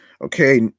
okay